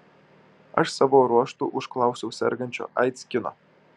aš savo ruožtu užklausiau sergančio aids kino